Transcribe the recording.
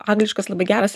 angliškas labai geras